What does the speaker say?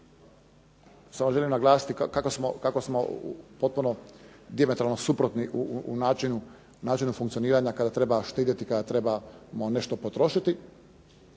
Samo želim naglasiti kako smo potpuno dijametralno suprotni u načinu funkcioniranja kada trebamo štedjeti kada trebamo nešto potrošiti.